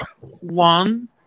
One